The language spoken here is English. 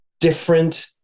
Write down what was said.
different